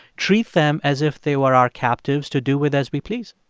treat them as if they were our captives to do with as we please?